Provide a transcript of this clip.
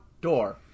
door